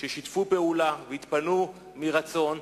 ששיתפו פעולה והתפנו מרצון,